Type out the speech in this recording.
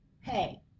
Hey